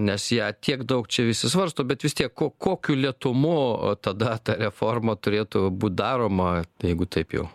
nes ją tiek daug čia visi svarsto bet vis tiek ko kokiu lėtumu tada ta reforma turėtų būt daroma jeigu taip jau